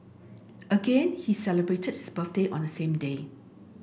again he celebrated his birthday on same day